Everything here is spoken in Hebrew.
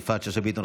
יפעת שאשא ביטון,